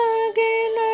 again